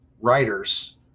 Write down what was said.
writers